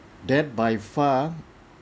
that by far